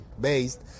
based